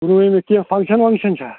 مےٚ کیٚنہہ فنٛکشَن ونٛکشَن چھا